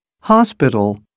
Hospital